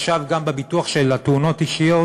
ועכשיו גם בביטוח תאונות אישיות.